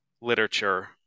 literature